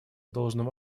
должным